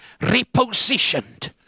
repositioned